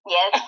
Yes